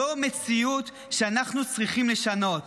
זו מציאות שאנחנו צריכים לשנות.